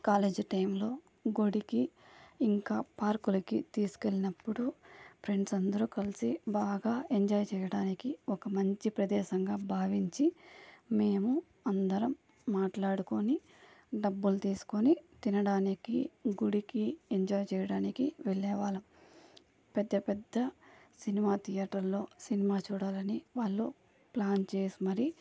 college టైంలో గుడికి ఇంకా పార్కులకి తీసుకు వెళ్ళినప్పుడు ఫ్రెండ్స్ అందరు కలిసి బాగా ఎంజాయ్ చేయడానికి ఒక మంచి ప్రదేశంగా భావించి మేము అందరం మాట్లాడుకుని డబ్బులు తీసుకొని తినడానికి గుడికి ఎంజాయ్ చేయడానికి వెళ్ళే వాళ్ళం పెద్దపెద్ద సినిమా థియేటర్లో సినిమా చూడాలని వాళ్ళు ప్లాన్ చేసి మరి